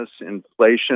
inflation